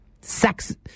Sex